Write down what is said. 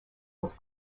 was